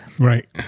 right